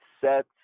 set